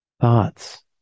thoughts